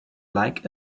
like